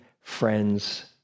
friends